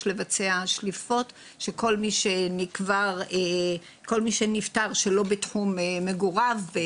לבצע שליפות נתונים לגבי כל מי שנפטר שלא בתחום מגוריו.